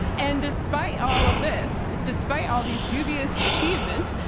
and despite all of this, despite all these dubious achievements,